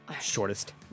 Shortest